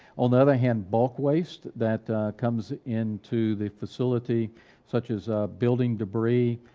on the other hand, bulk waste that comes into the facility such as a building debris,